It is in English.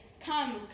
come